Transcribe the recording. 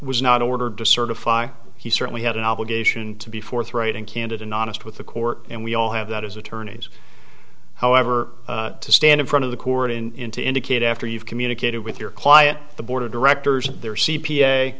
was not ordered to certify he certainly had an obligation to be forthright and candid and honest with the court and we all have that as attorneys however to stand in front of the court in to indicate after you've communicated with your client the board of directors the